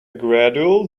gradual